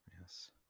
Yes